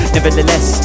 Nevertheless